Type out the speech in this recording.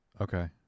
Okay